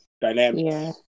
dynamics